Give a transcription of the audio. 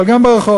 אבל גם ברחוב.